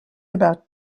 about